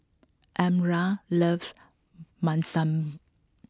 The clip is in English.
Elmyra loves Munson